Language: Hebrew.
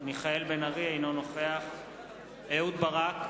אינו נוכח אהוד ברק,